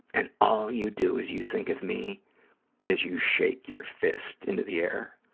and all you do is you think of me as you shake your fist into the air